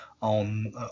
on